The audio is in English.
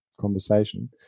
conversation